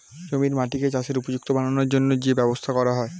জমির মাটিকে চাষের উপযুক্ত বানানোর জন্যে যে ব্যবস্থা করা হয়